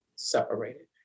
Separated